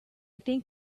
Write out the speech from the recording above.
think